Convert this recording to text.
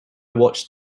watched